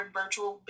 virtual